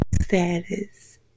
status